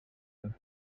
neuf